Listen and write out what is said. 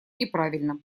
неправильно